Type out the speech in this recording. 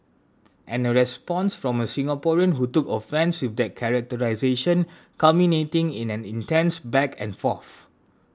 and a response from a Singaporean who took offence with that characterisation culminating in an intense back and forth